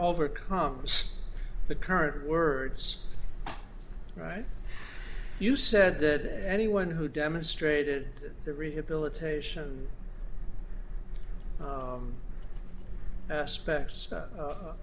overcome the current words right you said that anyone who demonstrated the rehabilitation spector's that